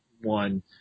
one